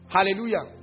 Hallelujah